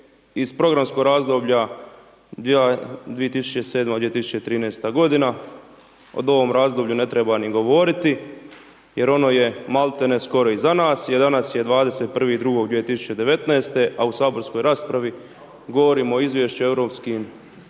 iz programskog razdoblja dijela 2007.-2013. godina, od ovom razdoblju ne treba ni govoriti, jer ono je maltene skoro iza nas, jer danas je 21.02.2019., a u Saborskoj raspravi govorimo o Izvješću Europskim, povlačenju